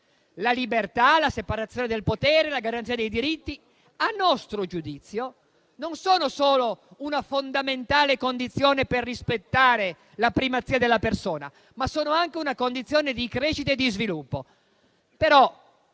La libertà, la separazione del potere, la garanzia dei diritti, a nostro giudizio, non sono solo una fondamentale condizione per rispettare la primazia della persona, ma sono anche una condizione di crescita e di sviluppo.